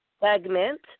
segment